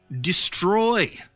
destroy